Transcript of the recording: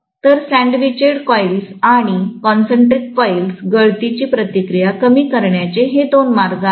तर sandwiched coils आणि concentric coils गळती ची प्रतिक्रिया कमी करण्या चे हे दोन मार्ग आहेत